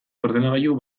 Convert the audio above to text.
ordenagailu